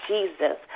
Jesus